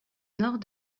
nord